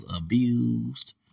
abused